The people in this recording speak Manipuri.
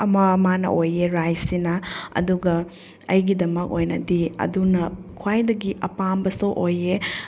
ꯑꯃ ꯃꯥꯅ ꯑꯣꯏꯌꯦ ꯔꯥꯏꯁꯁꯤꯅ ꯑꯗꯨꯒ ꯑꯩꯒꯤꯗꯃꯛ ꯑꯣꯏꯅꯗꯤ ꯑꯗꯨꯅ ꯈ꯭ꯋꯥꯏꯗꯒꯤ ꯑꯄꯥꯝꯕꯁꯨ ꯑꯣꯏꯌꯦ